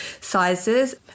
sizes